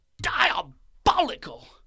diabolical